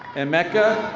emeka.